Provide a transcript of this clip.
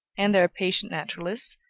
and there are patient naturalists,